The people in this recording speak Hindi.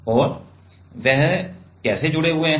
और वे कैसे जुड़े हुए हैं